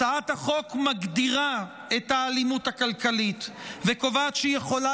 הצעת החוק מגדירה את האלימות הכלכלית וקובעת שהיא יכולה